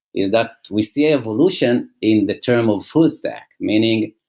is that we see evolution in the term of full-stack. meaning,